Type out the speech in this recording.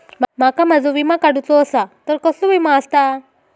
माका माझो विमा काडुचो असा तर कसलो विमा आस्ता?